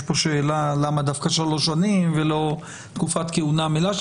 יש פה גם שאלה למה דווקא 3 שנים ולא תקופת כהונה מלאה,